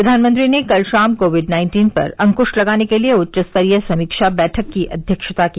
प्रधानमंत्री ने कल शाम कोविड नाइन्टीन पर अंकुश लगाने के लिए उच्च स्तरीय समीक्षा बैठक की अव्यक्षता की